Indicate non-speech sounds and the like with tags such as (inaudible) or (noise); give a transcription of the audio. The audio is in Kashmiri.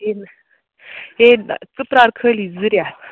(unintelligible) ہے ژٕ پرٛار خٲلی زٕ رٮ۪تھ